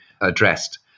addressed